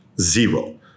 Zero